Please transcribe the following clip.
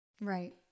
Right